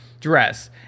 dress